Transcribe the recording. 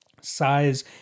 Size